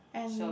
and